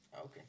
Okay